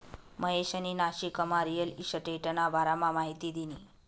महेशनी नाशिकमा रिअल इशटेटना बारामा माहिती दिनी